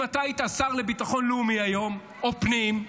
אם היית השר לביטחון לאומי היום, או פנים,